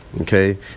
Okay